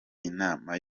inama